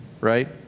right